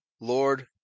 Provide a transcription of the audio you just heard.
lord